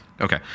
Okay